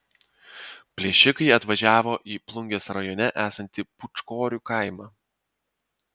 plėšikai atvažiavo į plungės rajone esantį pūčkorių kaimą